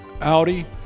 Audi